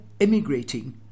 emigrating